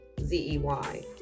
z-e-y